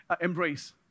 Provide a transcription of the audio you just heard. embrace